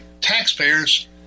taxpayers